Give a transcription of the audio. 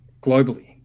Globally